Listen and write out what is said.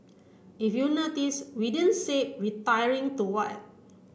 if you notice we didn't say retiring to what